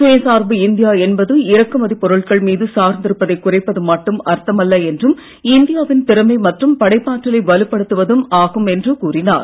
சுயசார்பு இந்தியா என்பது இறக்குமதிப் பொருட்கள் மீது சார்ந்திருப்பதைக் குறைப்பது மட்டும் அர்த்தமல்ல என்றும் இந்தியாவின் திறமை மற்றும் படைப்பாற்றலை வலுப்படுத்துவதும் ஆகும் என்று கூறினார்